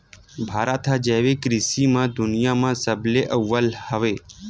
भारत हा जैविक कृषि मा दुनिया मा सबले अव्वल हवे